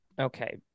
Okay